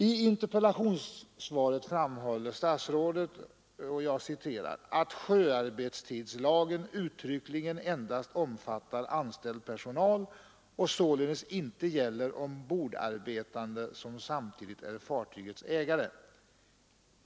I interpellationssvaret framhåller statsrådet ”att sjöarbetstidslagen uttryckligen endast omfattar anställd personal och således inte gäller ombordarbetande som samtidigt är fartygets ägare.